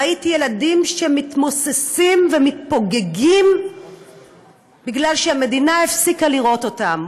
ראיתי ילדים שמתמוססים ומתפוגגים בגלל שהמדינה הפסיקה לראות אותם,